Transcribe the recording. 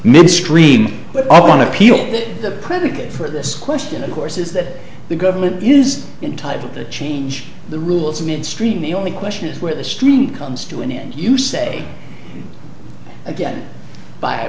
midstream but on appeal the predicate for this question of course is that the government is entitled to change the rules midstream the only question is where the stream comes to an end you say again by